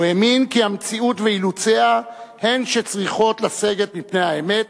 הוא האמין כי המציאות ואילוציה הם שצריכים לסגת מפני האמת,